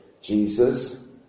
Jesus